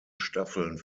staffeln